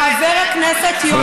חבר הכנסת יונה,